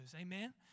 Amen